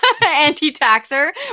anti-taxer